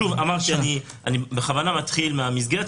שוב, אמרתי, אני בכוונה מתחיל מהמסגרת.